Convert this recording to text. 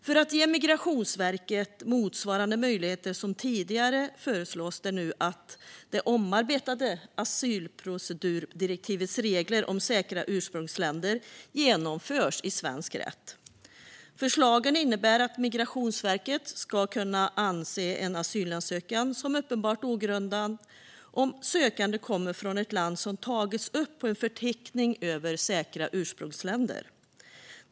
För att ge Migrationsverket motsvarande möjligheter som tidigare föreslås det nu att det omarbetade asylprocedurdirektivets regler om säkra ursprungsländer genomförs i svensk rätt. Förslagen innebär att Migrationsverket ska kunna anse en asylansökan som uppenbart ogrundad om sökanden kommer från ett land som tagits upp på en förteckning över säkra ursprungsländer.